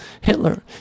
Hitler